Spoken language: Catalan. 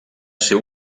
ser